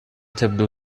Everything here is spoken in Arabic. تبدو